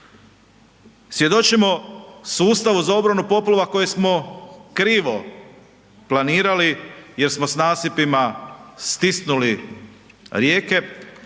Svjedočimo sustavu za obranu poplava koje smo krivo planirali jer smo s nasipima stisnuli rijeke,